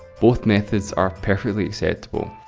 both methods are perfectly acceptable.